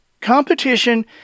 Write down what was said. competition